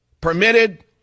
permitted